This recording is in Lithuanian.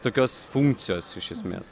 tokios funkcijos iš esmės